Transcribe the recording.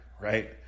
right